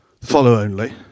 follow-only